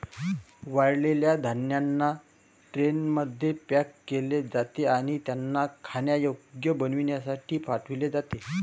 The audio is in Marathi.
वाळलेल्या धान्यांना ट्रेनमध्ये पॅक केले जाते आणि त्यांना खाण्यायोग्य बनविण्यासाठी पाठविले जाते